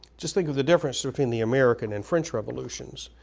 just think of the difference between the american and french revolutions.